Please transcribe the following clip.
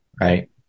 Right